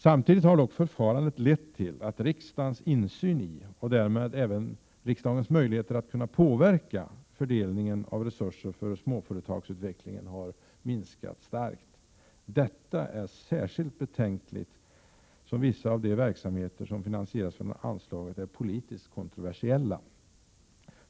Samtidigt har förfarandet lett till att riksdagens insyn i — och därmed även dess möjligheter att påverka — fördelningen av resurser för småföretagsutvecklingen har minskat starkt. Detta är särskilt betänkligt som vissa av de verksamheter som finansieras från anslaget är politiskt kontroversiella.